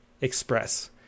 express